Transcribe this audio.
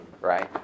right